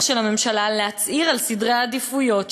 של הממשלה להצהיר על סדרי העדיפויות שלה.